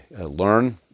learn